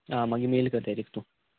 आं मागी मेल कर डायरेंक्ट तूं